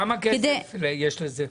כמה כסף יש לזה?